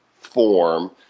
form